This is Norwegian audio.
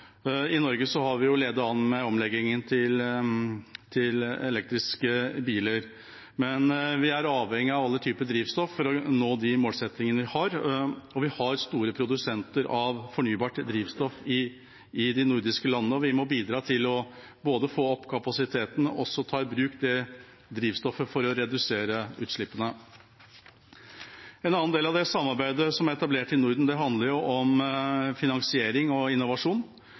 I Norge har vi ledet an med omleggingen til elektriske biler. Men vi er avhengige av alle typer drivstoff for å nå målsettingene våre. Vi har store produsenter av fornybart drivstoff i de nordiske landene. Vi må bidra både til å få opp kapasiteten og til å ta i bruk det drivstoffet for å redusere utslippene. En annen del av samarbeidet som er etablert i Norden, handler om finansiering og innovasjon.